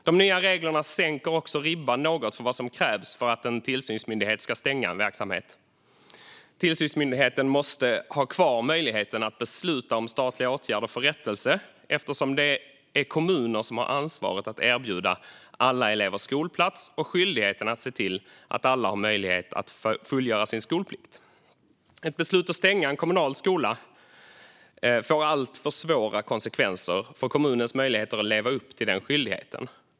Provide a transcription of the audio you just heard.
De nya reglerna sänker också ribban något för vad som krävs för att en tillsynsmyndighet ska stänga en verksamhet. Tillsynsmyndigheten måste ha kvar möjligheten att besluta om statliga åtgärder för rättelse, eftersom det är kommuner som har ansvaret att erbjuda alla elever skolplats och skyldigheten att se till att alla har möjlighet att fullgöra sin skolplikt. Ett beslut att stänga en kommunal skola får alltför svåra konsekvenser för kommunens möjligheter att leva upp till den skyldigheten.